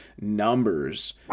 numbers